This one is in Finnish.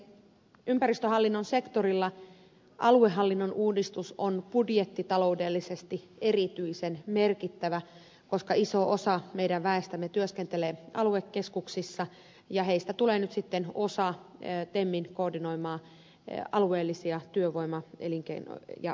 ympäristöhallinnon sektorilla aluehallinnon uudistus on budjettitaloudellisesti erityisen merkittävä koska iso osa meidän väestämme työskentelee aluekeskuksissa ja heistä tulee nyt sitten osa temmin koordinoimia alueellisia työvoima elinkeino ja ympäristökeskuksia